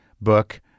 book